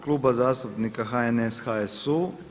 Kluba zastupnika HNS, HSU.